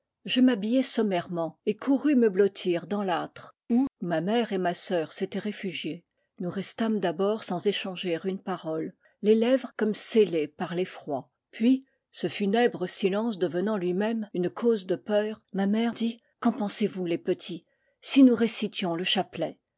je m'habillai sommairement et courus me blottir dansl'âtre où ma mère et ma sœur s'étaient réfugiées nous restâmes d'abord sans échanger une parole les lèvres comme scellées par l'effroi puis ce funèbre silence devenant lui-même une cause de peur ma mère dit qu'en pensez-vous les petits si nous récitions le